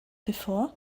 before